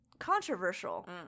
Controversial